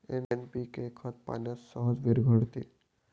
NPK खत पाण्यात सहज विरघळते